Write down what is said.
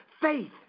faith